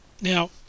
Now